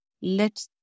let